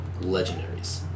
legendaries